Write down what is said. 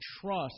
trust